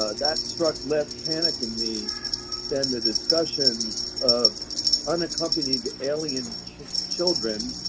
that struck less panic in me than the discussions of unaccompanied alien children,